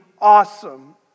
awesome